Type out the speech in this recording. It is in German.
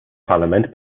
parlament